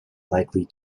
likely